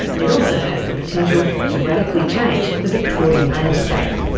it also has the potential to radically change the victorian landscape.